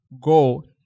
Go